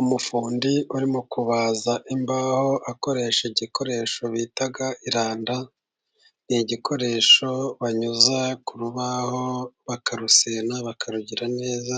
Umufundi urimo kubaza imbaho akoresha igikoresho bita iranda. Ni igikoresho banyuza ku rubaho bakarusena bakarugira neza